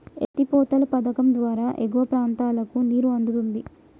ఎత్తి పోతల పధకం ద్వారా ఎగువ ప్రాంతాలకు నీరు అందుతుంది